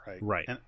Right